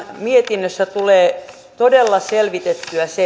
mietinnössä tulee todella selvitettyä